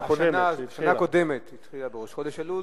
השנה הקודמת התחילה בראש חודש אלול,